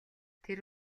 тэр